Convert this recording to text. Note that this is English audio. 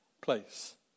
place